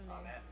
Amen